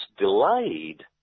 delayed